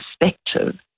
perspective